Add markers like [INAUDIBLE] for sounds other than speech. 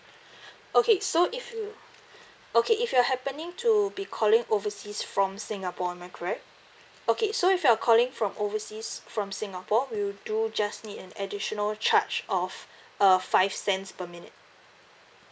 [BREATH] okay so if you [BREATH] okay if you're happening to be calling overseas from singapore am I correct okay so if you're calling from overseas from singapore we'll do just need an additional charge of [BREATH] a five cents per minute